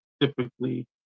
typically